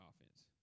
offense